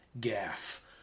gaff